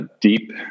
deep